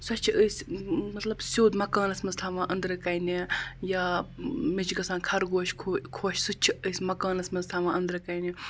سۄ چھِ أسۍ مطلب سیوٚد مکانس منٛز تھاوان أنٛدرٕ کَنہِ یا مےٚ چھِ گژھان خرگوش خۄ خۄش سُہ تہِ چھِ أسۍ مکانس منٛز تھاوان أنٛدرٕ کَنہِ